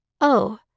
Oh